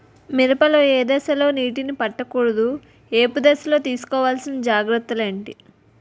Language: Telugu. మిరప లో ఏ దశలో నీటినీ పట్టకూడదు? ఏపు దశలో తీసుకోవాల్సిన జాగ్రత్తలు ఏంటి?